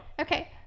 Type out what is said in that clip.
Okay